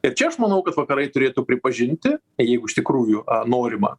ir čia aš manau kad vakarai turėtų pripažinti jeigu iš tikrųjų a norima